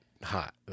Hot